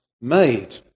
made